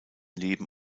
leben